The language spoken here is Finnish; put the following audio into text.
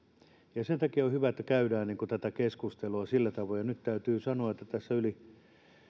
sen takia on hyvä että käydään tätä keskustelua sillä tavoin ja nyt täytyy sanoa